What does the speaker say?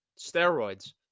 steroids